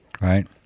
right